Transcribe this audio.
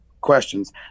questions